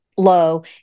low